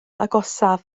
agosaf